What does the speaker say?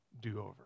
do-over